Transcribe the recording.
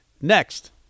next